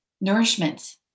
nourishment